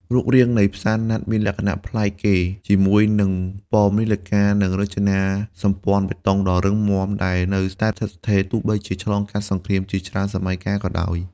រូបរាងនៃផ្សារណាត់មានលក្ខណៈប្លែកគេ ជាមួយនឹងប៉មនាឡិកា និងរចនាសម្ព័ន្ធបេតុងដ៏រឹងមាំ ដែលនៅតែស្ថិតស្ថេរទោះបីជាឆ្លងកាត់សង្គ្រាមជាច្រើនសម័យកាលក៏ដោយ។